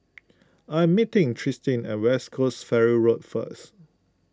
I am meeting Tristin at West Coast Ferry Road first